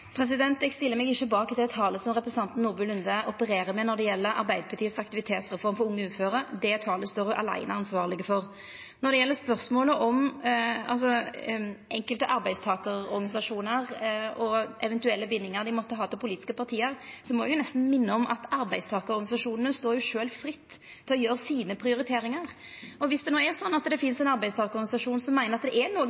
Eg stiller meg ikkje bak det talet som representanten Nordby Lunde opererer med når det gjeld Arbeidarpartiets aktivitetsreform for unge uføre. Det talet står ho aleine ansvarleg for. Når det gjeld spørsmålet om enkelte arbeidstakarorganisasjonar og eventuelle bindingar dei måtte ha til politiske parti, må eg nesten minna om at arbeidstakarorganisasjonane sjølve står fritt til å føreta sine prioriteringar. Viss det no er slik at det